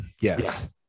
yes